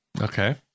Okay